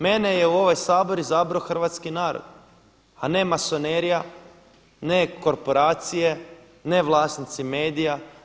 Mene je u ovaj Sabor izabrao hrvatski narod a ne masonerija, ne korporacije, ne vlasnici medija.